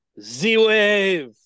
Z-Wave